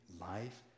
life